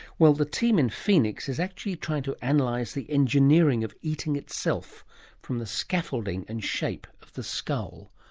well, the team in phoenix is actually trying to analyse and like the engineering of eating itself from the scaffolding and shape of the skull.